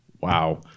Wow